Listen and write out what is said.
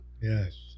yes